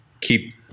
Keep